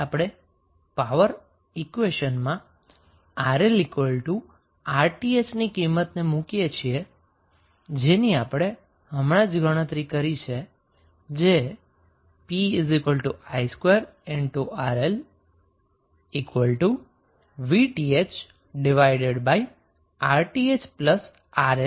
આમ જ્યારે આપણે પાવર ઈક્વેશનમાં 𝑅𝐿𝑅𝑇ℎ ની કિંમતને મુકીએ છીએ જેની આપણે હમણાં જ ગણતરી કરી છે જે p i2RL VThRTh RL2RL છે